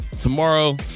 Tomorrow